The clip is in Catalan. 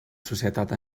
societat